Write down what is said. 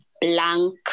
blank